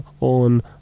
on